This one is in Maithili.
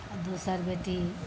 आ दोसर बेटी